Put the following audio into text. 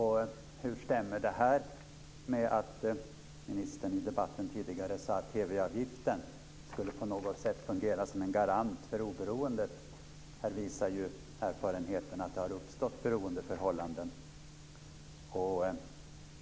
Hur stämmer det här med att ministern tidigare i debatten sade att TV-avgiften på något sätt skulle fungera som en garant för oberoendet? Erfarenheterna visar ju att det här har uppstått ett beroendeförhållande.